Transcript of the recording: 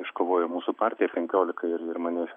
iškovojo mūsų partija penkiolika ir ir mane